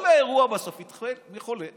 כל האירוע בסוף התחיל מחולה אחד.